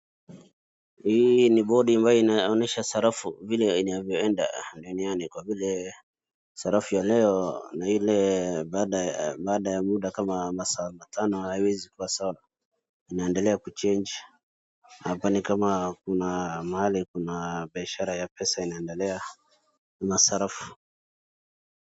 Hili ni bodi ambaye inaonyesha sarafu vile inavyoenda duniani kwa vile sarafu ya leo na ile ya baada ya muda kama masaa tano haiwezi kuwa sawa. Inaendelea kuchange, hapa ni kama kuna mahali kuna biashara ya pesa inaendelea ,kuna sarafu ....